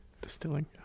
distilling